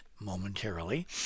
momentarily